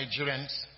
Nigerians